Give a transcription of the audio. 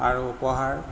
আৰু উপহাৰ